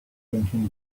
drinking